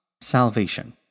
salvation